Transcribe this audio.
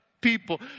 people